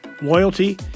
loyalty